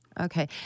Okay